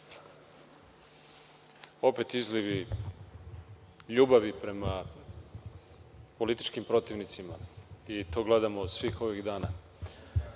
Opet izlivi ljubavi prema političkim protivnicima i to gledamo svih ovih dana.